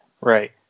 Right